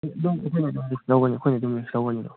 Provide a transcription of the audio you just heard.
ꯑꯗꯨꯝ ꯑꯩꯈꯣꯏꯅ ꯑꯗꯨꯝ ꯔꯤꯛꯁ ꯂꯧꯒꯅꯤ ꯑꯩꯈꯣꯏꯅ ꯑꯗꯨꯝ ꯔꯤꯛꯁ ꯂꯧꯒꯅꯤ ꯑꯗꯣ